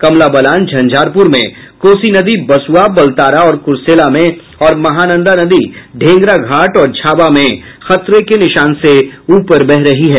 कमला बलान झंझारपुर में कोसी नदी बसुआ बलतारा और कुरसेला में और महानंदा नदी ढेंगरा घाट और झाबा में खतरे के निशान से ऊपर बह रही है